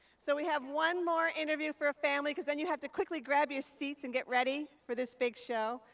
so we have one more interview for a family, because then you have to quickly grab your seats and get ready for this big show.